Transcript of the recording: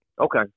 Okay